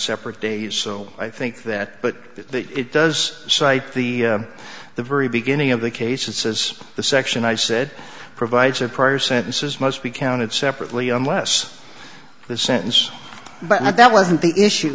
separate days so i think that but it does cite the the very beginning of the case it says the section i said provides or prior sentences must be counted separately unless the sentence but that wasn't the issue